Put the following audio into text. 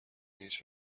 هیچ